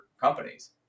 companies